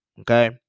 Okay